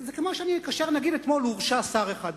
זה כמו שאני אקשר למשל לזה שאתמול הורשע שר אחד.